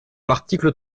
l’article